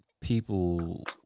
people